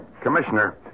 Commissioner